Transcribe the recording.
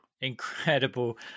incredible